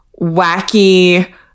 wacky